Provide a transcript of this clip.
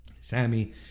Sammy